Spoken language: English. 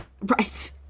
Right